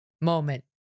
moment